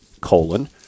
colon